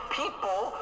people